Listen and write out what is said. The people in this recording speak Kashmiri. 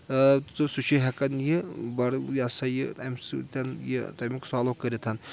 تہٕ سُہ چھُ ہؠکان یہِ بَڑٕ یہِ ہَسا یہِ اَمہِ سۭتۍ یہِ تَمیُک سالوٗ کٔرِتھ